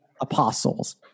Apostles